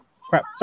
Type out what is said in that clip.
Crap